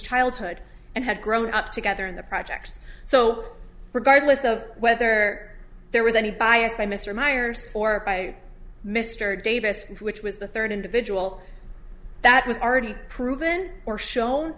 childhood and had grown up together in the projects so regardless of whether there was any bias by mr myers or by mr davis which was the third individual that was already proven or shown